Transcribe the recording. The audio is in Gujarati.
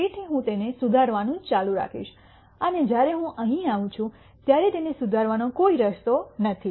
તેથી હું તેને સુધારવાનું ચાલુ રાખીશ અને જ્યારે હું અહીં આવું છું ત્યારે તેને સુધારવાનો કોઈ રસ્તો નથી